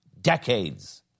decades